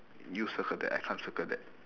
you circle that I can't circle that